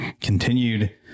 continued